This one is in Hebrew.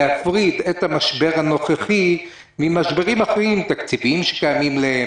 להפריד את המשבר הנוכחי ממשברים אחרים תקציביים שקיימים להם,